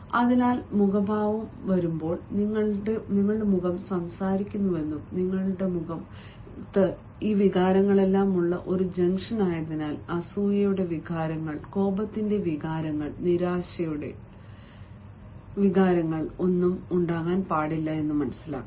അതിനാൽ മുഖഭാവം വരുമ്പോൾ നിങ്ങൾ മുഖം സംസാരിക്കുന്നുവെന്നും നിങ്ങളുടെ മുഖം ഈ വികാരങ്ങളെല്ലാം ഉള്ള ഒരു ജംഗ്ഷനായതിനാൽ അസൂയയുടെ വികാരങ്ങൾ റഫർ സമയം 1748 കോപത്തിന്റെ വികാരങ്ങൾ നിരാശയുടെ സുഖകരമായത് പറയുന്ന വികാരങ്ങൾ എല്ലാ വികാരങ്ങളും എഴുതപ്പെടുന്നു